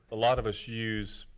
a lot of us use,